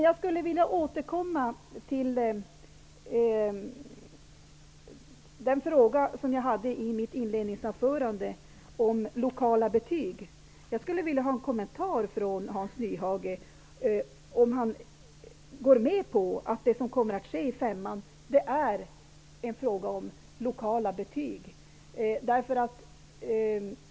Jag skulle vilja återkomma till den fråga om lokala betyg som jag ställde i mitt inledningsanförande. Jag skulle vilja höra av Hans Nyhage om han håller med om att det som kommer att ske i femman innebär att man inför lokala betyg.